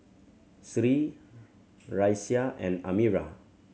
Sri Raisya and Amirah